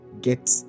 get